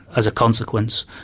as a consequence,